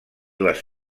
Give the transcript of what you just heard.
les